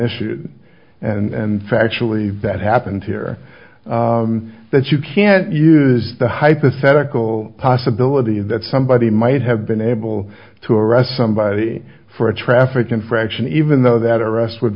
issued and factually that happened here that you can't use the hypothetical possibility that somebody might have been able to arrest somebody for a traffic infraction even though that arrest would